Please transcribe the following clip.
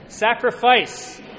sacrifice